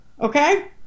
okay